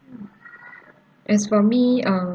mm as for me ah